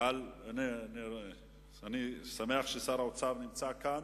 אני שמח ששר האוצר נמצא כאן,